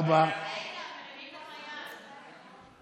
בקהילה וסיוע אישי),